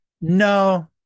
No